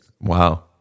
Wow